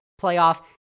playoff